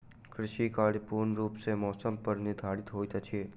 कृषि कार्य पूर्ण रूप सँ मौसम पर निर्धारित होइत अछि